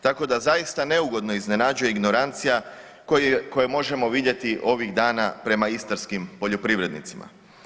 Tako da zaista neugodno iznenađuje ignorancija koju možemo vidjeti ovih dana prema istarskim poljoprivrednicima.